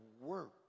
work